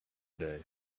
day